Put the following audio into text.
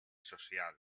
social